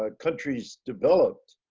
ah countries developed